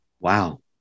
Wow